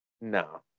No